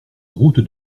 route